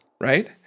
right